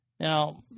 Now